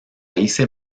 hice